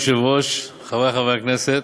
היושב-ראש, תודה, חברי חברי הכנסת,